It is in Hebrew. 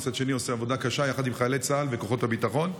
ומצד שני עושה עבודה קשה יחד עם חיילי צה"ל וכוחות הביטחון.